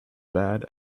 bad